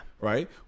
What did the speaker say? Right